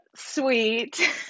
sweet